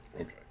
Okay